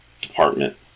department